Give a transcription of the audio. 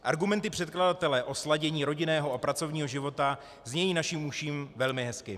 Argumenty předkladatele o sladění rodinného a pracovního života znějí naším uším velmi hezky.